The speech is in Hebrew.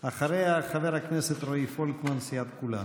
אחריה, חבר הכנסת רועי פולקמן מסיעת כולנו.